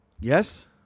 yes